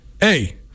hey